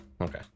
okay